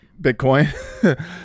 Bitcoin